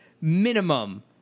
minimum